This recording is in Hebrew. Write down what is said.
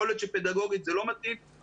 יכול להיות שפדגוגית זה לא מתאים אבל